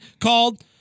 called